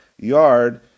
yard